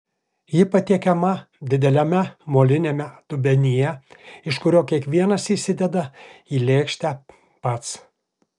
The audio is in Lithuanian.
ji patiekiama dideliame moliniame dubenyje iš kurio kiekvienas įsideda į lėkštę pats